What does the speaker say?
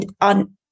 on